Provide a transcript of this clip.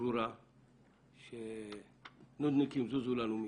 ברורה של נודניקים, זוזו לנו מכאן,